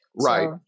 Right